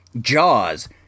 Jaws